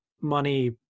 money